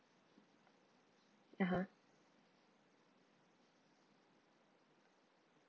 (uh huh)